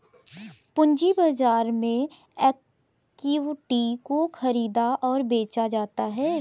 पूंजी बाजार में इक्विटी को ख़रीदा और बेचा जाता है